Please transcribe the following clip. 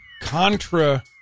contra